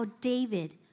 David